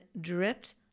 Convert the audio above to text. dripped